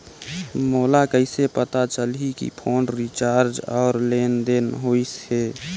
मोला कइसे पता चलही की फोन रिचार्ज और लेनदेन होइस हे?